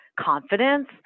confidence